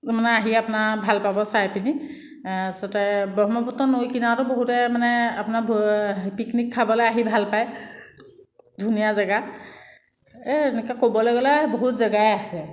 কোনোবাই আহি আপোনাৰ ভাল পাব চাই পিনি তাৰপাছতে ব্ৰহ্মপুত্ৰ নৈ কিনাৰতো বহুতে মানে আপোনাৰ পিকনিক খাবলৈ আহি ভাল পায় ধুনীয়া জেগা এই এনেকৈ ক'বলৈ গ'লে বহুত জেগাই আছে